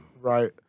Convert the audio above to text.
right